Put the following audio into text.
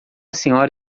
senhora